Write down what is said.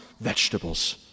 vegetables